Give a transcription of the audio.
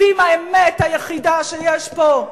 ואם האמת היחידה שיש פה,